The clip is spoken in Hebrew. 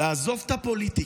לעזוב את הפוליטיקה,